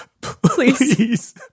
Please